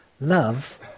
love